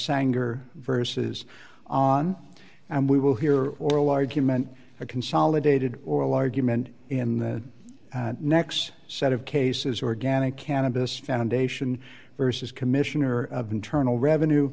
sangar versus on and we will hear oral argument or consolidated oral argument in the next set of cases organic cannabis foundation versus commissioner of internal revenue